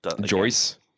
Joyce